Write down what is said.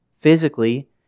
physically